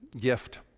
gift